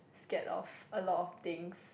scared of a lot of things